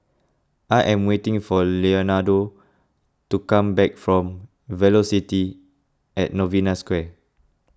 I am waiting for Leonardo to come back from Velocity at Novena Square